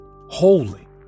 Holy